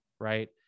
right